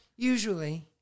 Usually